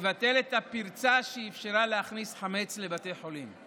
ותבטל את הפרצה שאפשרה להכניס חמץ לבתי חולים.